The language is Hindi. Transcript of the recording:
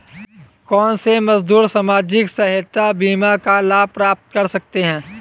कौनसे मजदूर सामाजिक सहायता बीमा का लाभ प्राप्त कर सकते हैं?